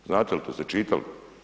Znate li to, jeste čitali?